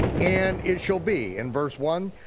and it shall be, in verse one,